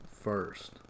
first